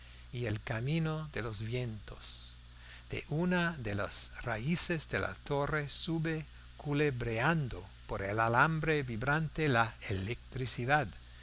y el camino de los vientos de una de las raíces de la torre sube culebreando por el alambre vibrante la electricidad